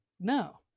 no